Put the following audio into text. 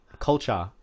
Culture